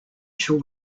shall